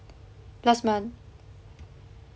last month